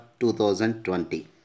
2020